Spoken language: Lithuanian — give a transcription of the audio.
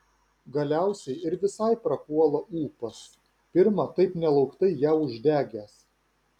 galiausiai ir visai prapuola ūpas pirma taip nelauktai ją uždegęs